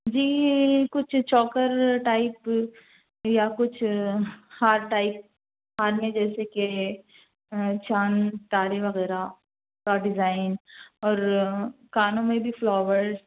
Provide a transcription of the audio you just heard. جی کچھ choker type یا کچھ ہار ٹائپ ہار میں جیسے کہ چاند تارے وغیرہ اور ڈیزائن اور کانوں میں بھی فلاور